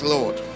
Lord